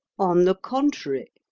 on the contrary,